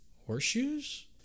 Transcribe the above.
horseshoes